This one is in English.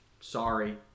Sorry